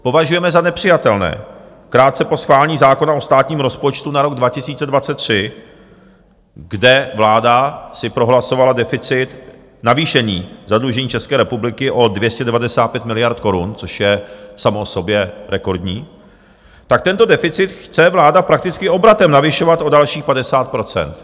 Považujeme za nepřijatelné krátce po schválení zákona o státním rozpočtu na rok 2023, kde vláda si prohlasovala deficit, navýšení zadlužení České republiky o 295 miliard korun, což je samo o sobě rekordní, tak tento deficit chce vláda prakticky obratem navyšovat o dalších 50 %.